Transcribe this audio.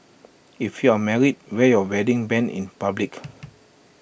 if you're married wear your wedding Band in public